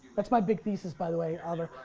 that's my big thesis by the way, oliver.